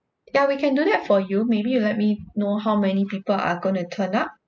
ya we can do that for you maybe you let me know how many people are going to turn up